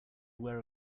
wear